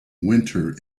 winter